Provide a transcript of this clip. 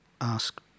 ask